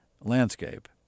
landscape